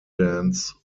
dance